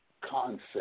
concept